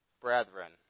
Brethren